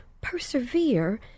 persevere